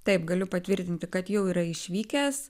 taip galiu patvirtinti kad jau yra išvykęs